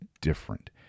different